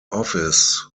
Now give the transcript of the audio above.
office